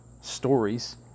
stories